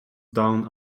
down